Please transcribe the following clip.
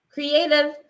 Creative